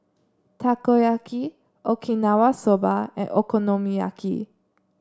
Takoyaki Okinawa Soba and Okonomiyaki